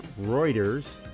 Reuters